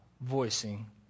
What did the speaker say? voicing